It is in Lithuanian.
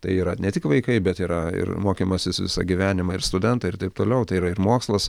tai yra ne tik vaikai bet yra ir mokymasis visą gyvenimą ir studentai ir taip toliau tai yra ir mokslas